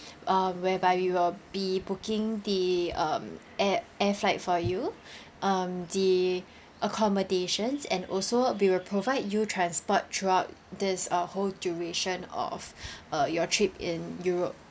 um whereby we'll be booking the um air air flight for you um the accommodations and also we will provide you transport throughout this uh whole duration of uh your trip in europe